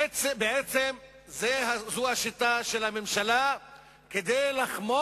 בעצם, זאת השיטה של הממשלה לחמוק